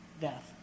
death